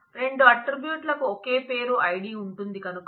రెండు ఆట్రిబ్యూట్ లకు ఒకే పేరు id ఉంటుంది కనుక